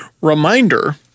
Reminder